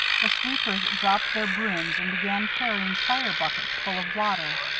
the sweepers dropped their brooms and began carrying fire buckets full of water.